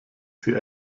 sie